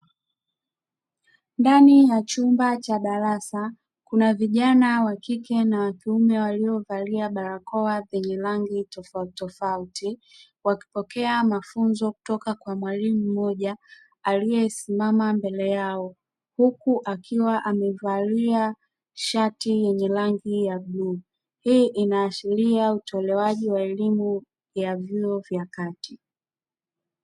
Ndani ya chumba cha darasa kuna vijana wa kike na wa kiume waliovalia barakoa zenye rangi tofautitofauti, wakipokea mafunzo kutoka kwa mwalimu mmoja aliyesimama mbele yao huku akiwa amevalia shati yenye rangi ya bluu. Hii inaashiria utolewaji wa elimu ya vyuo vya kati.